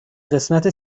قسمت